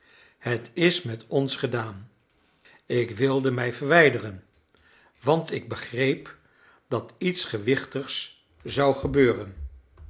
het is met ons gedaan ik wilde mij verwijderen want ik begreep dat iets gewichtigs zou gebeuren